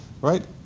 right